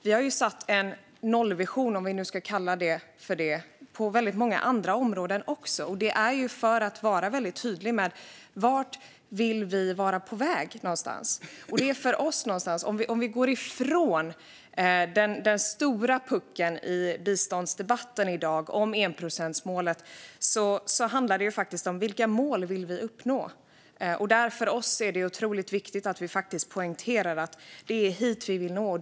Vi har satt en nollvision, om vi nu ska kalla det för det, på väldigt många andra områden också. Och det är ju för att vara väldigt tydlig med vart vi vill vara på väg någonstans. Om vi går ifrån den stora puckeln i biståndsdebatten i dag, enprocentsmålet, handlar det faktiskt om vilka mål vi vill uppnå. För oss är det otroligt viktigt att vi faktiskt poängterar att det är hit vi vill nå.